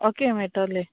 okay मेळटोले